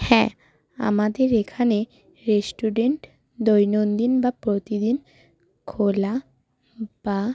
হ্যাঁ আমাদের এখানে রেস্টুরেন্ট দৈনন্দিন বা প্রতিদিন খোলা বা